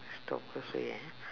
whta's worst way eh